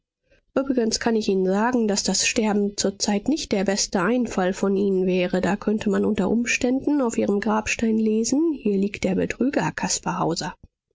übrigens kann ich ihnen sagen daß das sterben zurzeit nicht der beste einfall von ihnen wäre da könnte man unter umständen auf ihrem grabstein lesen hier liegt der betrüger